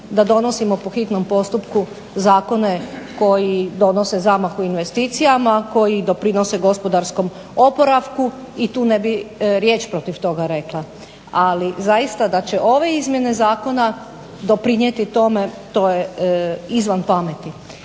da donosimo po hitnom postupku zakone koji donose zamah u investicijama, koji doprinose gospodarskom oporavku i tu ne bi bih riječ protiv toga rekla. Ali zaista, da će ove izmjene zakona doprinijeti tome to je izvan pameti.